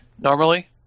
normally